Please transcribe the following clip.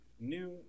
new